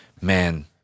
man